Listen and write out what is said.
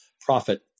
Profit